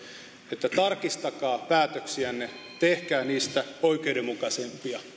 että tarkistakaa päätöksiänne tehkää niistä oikeudenmukaisempia